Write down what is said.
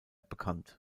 bekannt